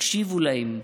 הקשיבו להם.